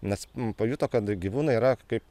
nes pajuto kad gyvūnai yra kaip